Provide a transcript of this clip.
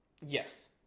Yes